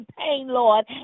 Lord